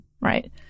Right